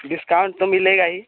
discount तो मिलेगा ही